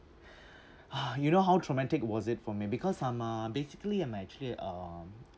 ah you know how traumatic was it for me because I'm a basically I'm actually um